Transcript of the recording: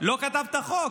לא כתב את החוק,